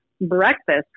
breakfast